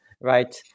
right